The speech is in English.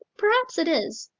perhaps it is.